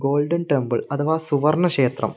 golden Temple അഥവാ സുവർണ്ണ ക്ഷേത്രം